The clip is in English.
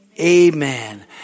Amen